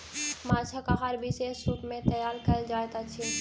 माँछक आहार विशेष रूप सॅ तैयार कयल जाइत अछि